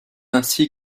ainsi